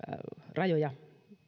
rajoja